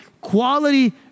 quality